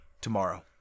tomorrow